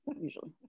usually